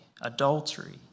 adultery